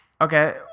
Okay